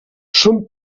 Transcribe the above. són